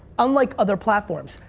unlike other platforms.